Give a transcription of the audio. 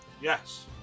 Yes